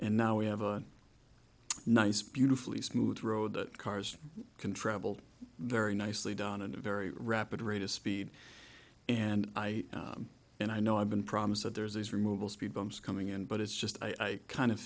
and now we haven't nice beautifully smooth road that cars can travel very nicely done in a very rapid rate of speed and i and i know i've been promised that there's these removal speed bumps coming in but it's just i kind of